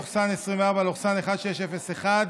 פ/1601/24,